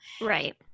Right